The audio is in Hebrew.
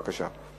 בבקשה.